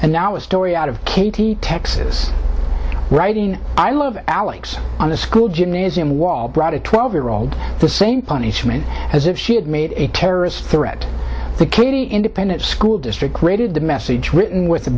and now a story out of katy texas writing i love alex on the school gymnasium wall brought a twelve year old the same punishment as if she had made a terrorist threat the kiddie independent school district created the message written with a